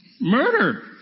Murder